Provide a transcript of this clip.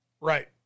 Right